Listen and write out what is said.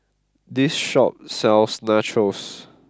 this shop sells Nachos